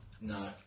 no